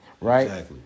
right